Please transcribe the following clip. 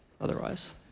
otherwise